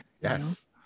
Yes